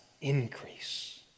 increase